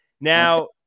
Now